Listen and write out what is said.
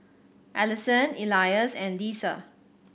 Allyson Elias and Leisa